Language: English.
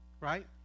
right